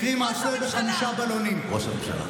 כולם אומרים אותו דבר, חבר'ה, אותו דבר.